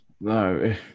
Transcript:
No